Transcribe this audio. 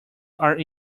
are